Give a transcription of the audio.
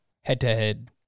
head-to-head